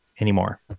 anymore